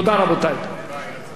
תודה.